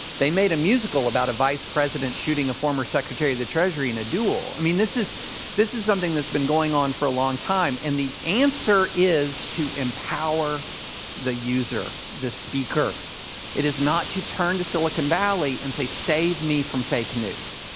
they made a musical about a vice president shooting a former secretary of the treasury in a duel. i mean, this is this is something that's been going on for a long time, and the answer is to empower the user, this. it is not to turn to silicon valley and say, save me from fake news.